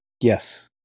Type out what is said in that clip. Yes